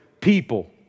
people